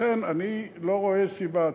לכן, אני לא רואה סיבה.